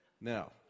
now